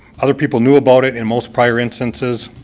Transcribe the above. other people knew about it and most prior instances